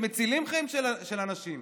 שמצילים חיים של אנשים,